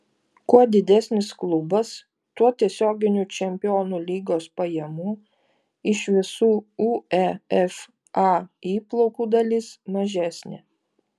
kuo didesnis klubas tuo tiesioginių čempionų lygos pajamų iš visų uefa įplaukų dalis mažesnė